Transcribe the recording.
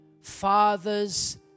father's